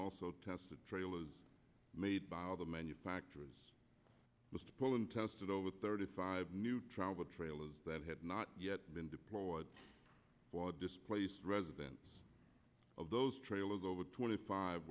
also tested trailers made by other manufacturers and tested over thirty five new travel trailers that had not yet been deployed displaced residents of those trailers over twenty five